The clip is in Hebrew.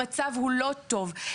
המצב הוא לא טוב.